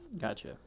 gotcha